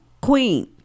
Queen